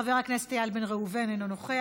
חבר הכנסת איל בן ראובן, אינו נוכח,